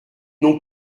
non